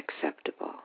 acceptable